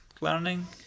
learning